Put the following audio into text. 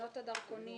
תקנות הדרכונים